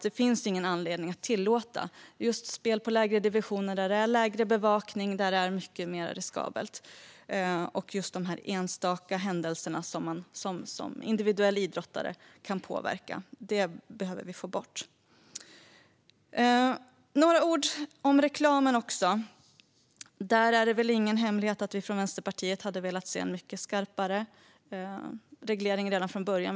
Det finns ingen anledning att tillåta spel på matcher i lägre divisioner, där det finns mindre bevakning och är mycket mer riskabelt, och på de enstaka händelser som man som individuell idrottare kan påverka. Det behöver vi få bort. Jag vill också säga några ord om reklam. Det är väl ingen hemlighet att vi från Vänsterpartiet hade velat se en mycket skarpare reglering redan från början.